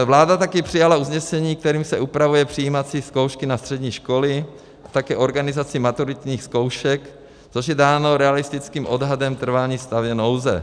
Vláda také přijala usnesení, kterým se upravují přijímací zkoušky na střední školy, také organizaci maturitních zkoušek, což je dáno realistickým odhadem trvání stavu nouze.